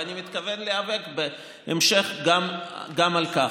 ואני מתכוון להיאבק בהמשך גם על כך.